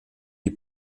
die